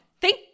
thank